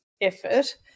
effort